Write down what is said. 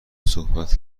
صحبت